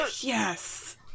yes